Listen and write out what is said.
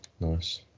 Nice